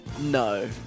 No